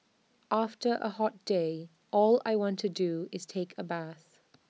after A hot day all I want to do is take A bath